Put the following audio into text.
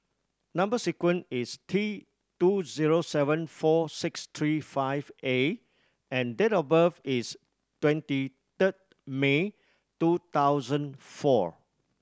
number sequence is T two zero seven four six three five A and date of birth is twenty third May two thousand four